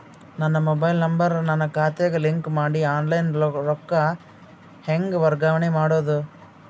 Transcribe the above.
ನನ್ನ mobile number ನನ್ನ ಖಾತೆಗೆ ಲಿಂಕ್ ಮಾಡಿ ಆನ್ಲೈನ್ ರೊಕ್ಕ ಹೆಂಗ ವರ್ಗಾವಣೆ ಮಾಡೋದು?